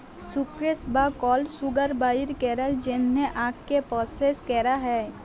sucrose বা কল sugar বাইর ক্যরার জ্যনহে আখকে পরসেস ক্যরা হ্যয়